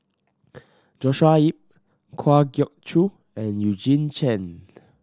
Joshua Ip Kwa Geok Choo and Eugene Chen